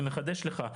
אני מחדש לך,